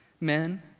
Men